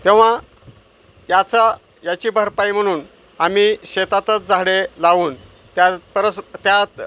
तेव्हा याचा याची भरपाई म्हणून आम्ही शेतातच झाडे लावून त्यात परस त्यात